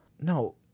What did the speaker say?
No